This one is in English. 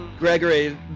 Gregory